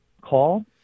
call